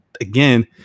again